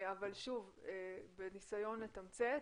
אבל שוב בניסיון לתמצת.